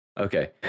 Okay